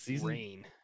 rain